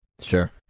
Sure